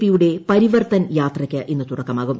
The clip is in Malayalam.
പിയുടെ പരിവർത്തൻ യാത്രയ്ക്ക് ഇന്ന് തുടക്കമാകും